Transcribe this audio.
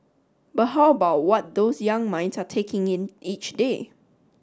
but how about what those young minds are taking in each day